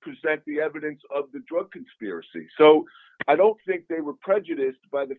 present the evidence of the drug conspiracy so i don't think they were prejudiced by the